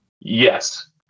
Yes